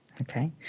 Okay